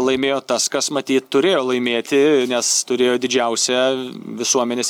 laimėjo tas kas matyt turėjo laimėti nes turėjo didžiausią visuomenės